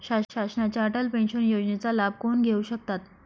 शासनाच्या अटल पेन्शन योजनेचा लाभ कोण घेऊ शकतात?